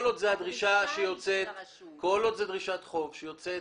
כל עוד זו דרישת חוב שיוצאת